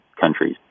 countries